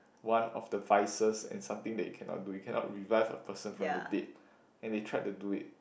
one of the vices is something that you cannot do you cannot revive a person from the dead and they tried to do it